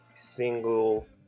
single